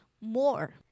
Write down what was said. more